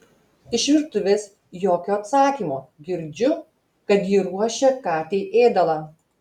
iš virtuvės jokio atsakymo girdžiu kad ji ruošia katei ėdalą